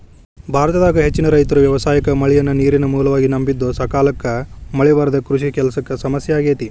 ಭಾರತದಾಗ ಹೆಚ್ಚಿನ ರೈತರು ವ್ಯವಸಾಯಕ್ಕ ಮಳೆಯನ್ನ ನೇರಿನ ಮೂಲವಾಗಿ ನಂಬಿದ್ದುಸಕಾಲಕ್ಕ ಮಳೆ ಬರದೇ ಕೃಷಿ ಕೆಲಸಕ್ಕ ಸಮಸ್ಯೆ ಆಗೇತಿ